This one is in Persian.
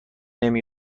نمی